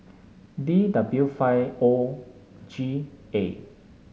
D W five O G A